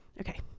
Okay